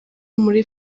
muri